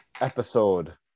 episode